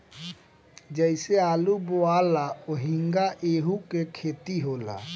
जइसे आलू बोआला ओहिंगा एहू के खेती होला